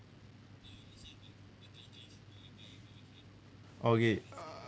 okay uh